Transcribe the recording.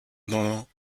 dans